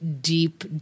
deep